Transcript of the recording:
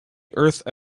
earth